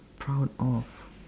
proud of